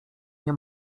nie